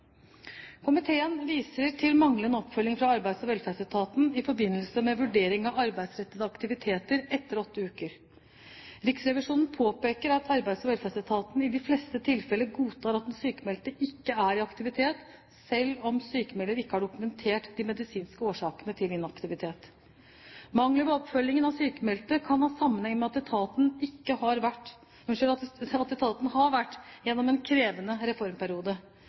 Komiteen viser til manglende oppfølging fra Arbeids- og velferdsetaten i forbindelse med vurdering av arbeidsrettede aktiviteter etter åtte uker. Riksrevisjonen påpeker at Arbeids- og velferdsetaten i de fleste tilfeller godtar at den sykmeldte ikke er i aktivitet, selv om sykmelder ikke har dokumentert de medisinske årsakene til inaktivitet. Mangler ved oppfølgingen av sykmeldte kan ha sammenheng med at etaten har vært gjennom en krevende reformperiode. En tidvis økt saksmengde innen sykefraværsområdet som følge av økt sykefravær gjennom